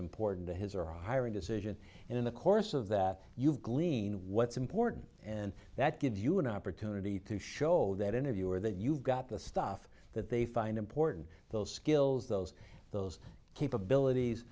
important to his or hiring decision and in the course of that you've gleaned what's important and that gives you an opportunity to show that interviewer that you've got the stuff that they find important those skills those those